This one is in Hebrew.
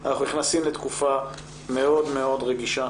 אנחנו נכנסים לתקופה מאוד-מאוד רגישה.